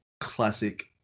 classic